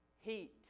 heat